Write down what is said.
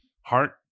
heart